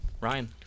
Ryan